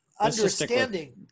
understanding